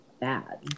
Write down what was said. bad